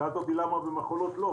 שאלת אותי למה במכולות לא,